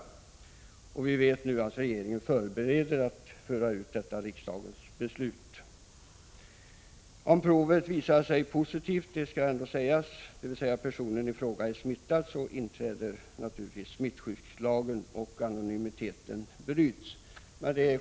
Vidare är det bekant att regeringen förbereder åtgärder för att föra ut detta riksdagens beslut. Det bör framhållas att om provet visar att man är positiv — dvs. att personen i fråga är smittad — inträder naturligtvis smittskyddslagen och då bryts anonymiteten.